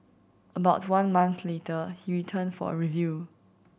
about one month later he returned for a review